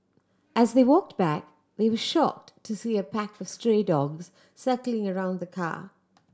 as they walked back they were shocked to see a pack of stray dogs circling around the car